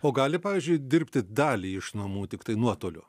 o gali pavyzdžiui dirbti dalį iš namų tiktai nuotoliu